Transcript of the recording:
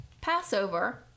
Passover